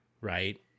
right